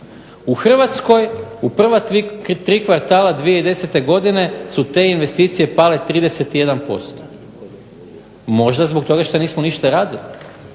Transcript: U Hrvatskoj u prva tri kvartala 2010. godine su te investicije pale 31%. Možda zbog toga što nismo ništa radili,